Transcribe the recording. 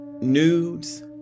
nudes